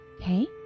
okay